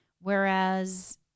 Whereas